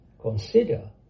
consider